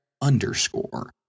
underscore